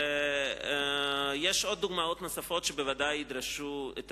יש עוד דוגמאות שבוודאי ידרשו את